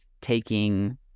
Taking